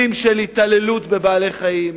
כמה פעמים ראינו מקרים של התעללות בבעלי-חיים,